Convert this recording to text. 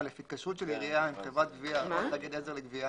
התקשרות של עירייה עם חברת גביה או תאגיד עזר לגביה